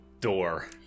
door